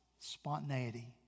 spontaneity